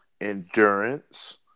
endurance